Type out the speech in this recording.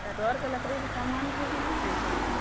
कटहरके लकड़ीके सामान ठीक नहि हइ छै ने